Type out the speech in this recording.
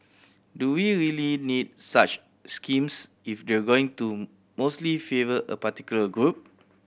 do we really need such schemes if they're going to mostly favour a particular group